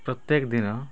ପ୍ରତ୍ୟେକ ଦିନ